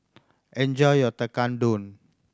enjoy your Tekkadon